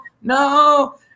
no